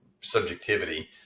subjectivity